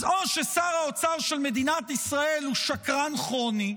אז או ששר האוצר של מדינת ישראל הוא שקרן כרוני,